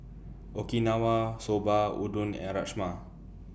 Okinawa Soba Udon and Rajma